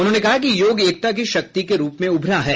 उन्होंने कहा कि योग एकता की शक्ति के रूप में उभरा है